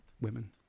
women